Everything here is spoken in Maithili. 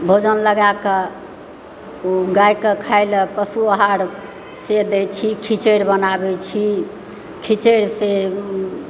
भोजन लगाकऽ गायकऽ खाए लऽ पशु आहार से दय छी खिचड़ि बनाबैत छी खिचड़िसे